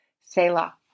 Selah